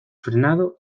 frenado